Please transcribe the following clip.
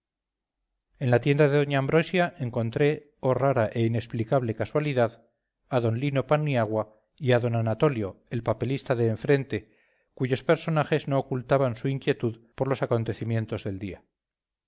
en la tienda de doña ambrosia encontré oh rara e inexplicable casualidad a d lino paniagua y a d anatolio el papelista de en frente cuyos personajes no ocultaban su inquietud por los acontecimientos del día